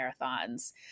marathons